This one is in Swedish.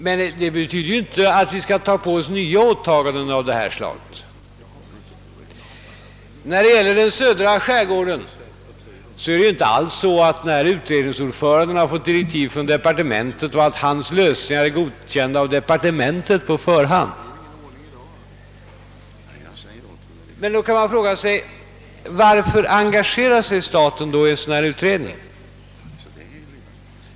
Men det betyder ju inte att vi skall göra nya åtaganden av detta slag. När det gäller den södra skärgården är det inte alls så att utredningsordföranden fått direktiv från departementet och att hans lösningar är godkända av departementet på förhand. Då kan man fråga sig: Varför engagerar sig staten i en sådan här utredning?